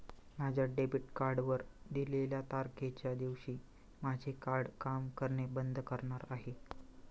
माझ्या डेबिट कार्डवर दिलेल्या तारखेच्या दिवशी माझे कार्ड काम करणे बंद करणार आहे